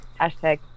hashtag